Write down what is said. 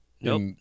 Nope